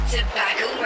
Tobacco